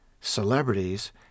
celebrities